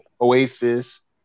Oasis